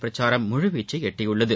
பிரக்சாரம் முழுவீச்சை எட்டியுள்ளது